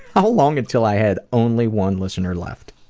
how long until i had only one listener left?